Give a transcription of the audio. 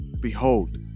Behold